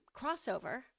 crossover